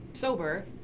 sober